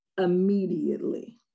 immediately